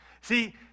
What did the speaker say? See